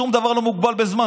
שום דבר לא מוגבל בזמן.